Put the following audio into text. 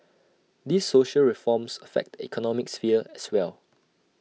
these social reforms affect the economic sphere as well